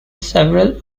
several